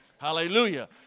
Hallelujah